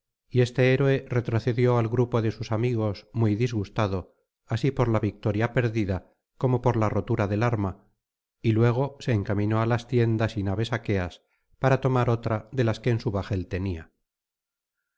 y este héroe retrocedió al grupo de sus amigos muy disgustado así por la victoria perdida como por la rotura del arma y luego se encaminó á las tiendas y naves aqueas para tomar otra de las que en su bajel tenía